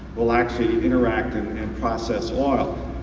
will actually interact and and process oil.